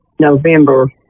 November